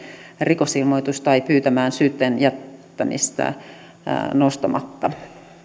rikosilmoitus tai pyytämään syytteen nostamatta jättämistä